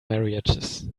marriages